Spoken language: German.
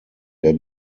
der